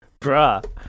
Bruh